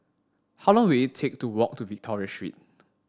how long will it take to walk to Victoria Street